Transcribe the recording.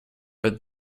but